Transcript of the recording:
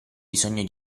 bisogno